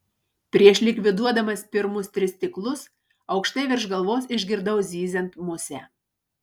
prieš likviduodamas pirmus tris stiklus aukštai virš galvos išgirdau zyziant musę